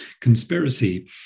conspiracy